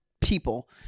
people